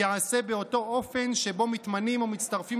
ייעשה באותו אופן שבו מתמנים או מצטרפים